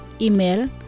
Email